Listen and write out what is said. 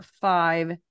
five